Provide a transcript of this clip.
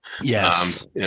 Yes